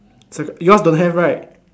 so yours don't have right